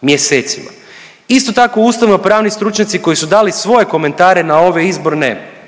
mjesecima. Isto tako ustavnopravni stručnjaci koji su dali svoje komentare na ove izborne